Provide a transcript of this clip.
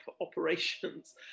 operations